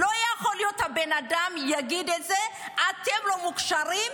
לא יכול להיות שהבן אדם יגיד: אתם לא מוכשרים,